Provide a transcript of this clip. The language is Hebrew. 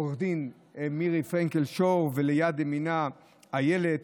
עו"ד מירי פרנקל-שור ויד ימינה אילת,